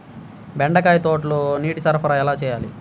బెండకాయ తోటలో నీటి సరఫరా ఎలా చేయాలి?